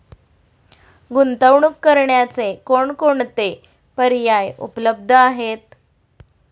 गुंतवणूक करण्याचे कोणकोणते पर्याय उपलब्ध आहेत?